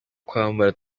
kwambara